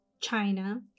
china